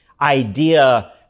idea